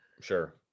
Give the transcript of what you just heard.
Sure